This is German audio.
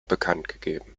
bekanntgegeben